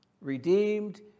redeemed